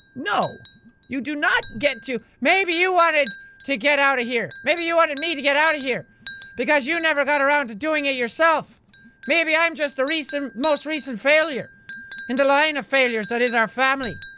no you do not get to maybe you wanted to get out of here maybe you wanted me to get out of here because you never got around to doing it to yourself maybe i'm just the recent, most recent failure in the line of failures that is our family